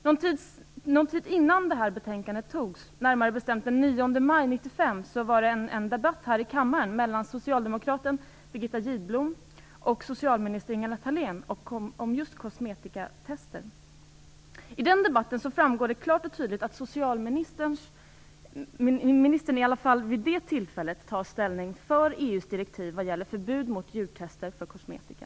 Någon tid innan betänkandet togs, närmare bestämt den 9 maj 1995, var det en debatt här i kammaren mellan socialdemokraten Birgitta Gidblom och socialminister Ingela Thalén om just kosmetikatest. Av den debatten framgår klart och tydligt att socialministern i alla fall vid det tillfället tagit ställning för EU:s direktiv vad gäller förbud mot djurtest av kosmetika.